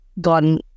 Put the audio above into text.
gone